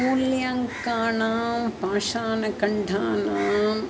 मूल्याङ्कानां पाषाणखण्डानाम्